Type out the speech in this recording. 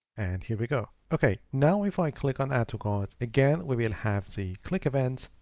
and here we go. okay, now if i click on add to cart again, we will have the click events.